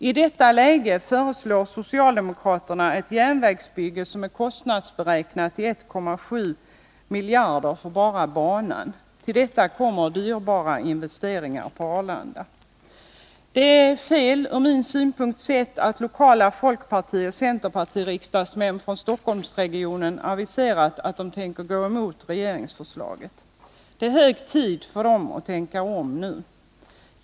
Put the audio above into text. I detta läge föreslår socialdemokraterna ett järnvägsbygge som är kostnadsberäknat till 1,7 miljarder för bara banan. Till detta kommer dyrbara investeringar på Arlanda. Det är fel, ur min synpunkt sett, att några lokala folkpartioch centerpartiriksdagsmän från Stockholmsregionen aviserat att de tänker gå emot regeringsförslaget. Det är hög tid för dem att tänka om.